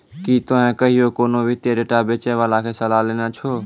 कि तोहें कहियो कोनो वित्तीय डेटा बेचै बाला के सलाह लेने छो?